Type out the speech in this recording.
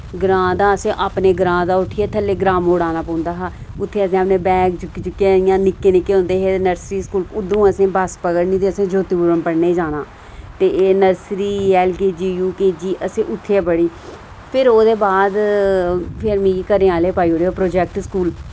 ग्रांऽ दा असें अपने ग्रांऽ दा उट्ठियै थल्लै ग्रांऽ मोड़ आना पौंदा हा उत्थै असें अपने बैग चुक्की चुक्कियै इयां निक्के निक्के होंदे हे नर्सरी स्कूल उद्धरूं असें बस पकड़नी ते असें ज्योतिपुरम पढ़ने जाना ते एह् नर्सरी एलकेजी यूकेजी असें उत्थै गै पढ़ी फिर ओह्दे बाद फिर मिगी घरै आह्लें पाई ओड़ेआ प्रोजेक्ट स्कूल